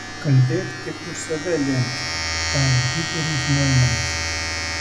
kalbėk tik už save lemke tarė riteris noimanas